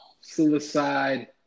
suicide